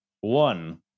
one